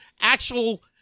actual